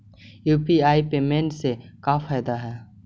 UPI payment से का फायदा है?